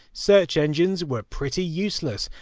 search engines were pretty useless.